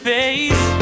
face